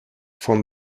from